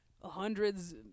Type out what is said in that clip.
hundreds